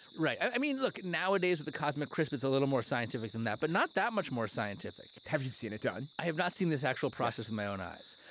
right. i mean, look, nowadays with the cosmic christmas, a little more scientific than that, but not that much more scientific. have you seen it done? i have not seen this actual process, my own eyes.